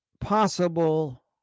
possible